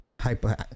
hyper